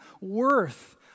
worth